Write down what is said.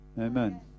Amen